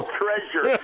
treasure